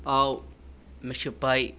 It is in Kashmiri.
آو مےٚ چھِ پَے